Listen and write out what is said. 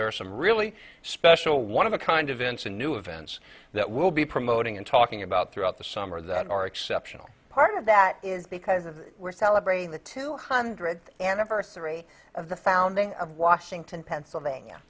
there are some really special one of a kind of instant new events that will be promoting and talking about throughout the summer that are exceptional part of that is because we're celebrating the two hundredth anniversary of the founding of washington pennsylvania